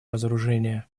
разоружения